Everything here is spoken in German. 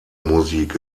musik